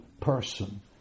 person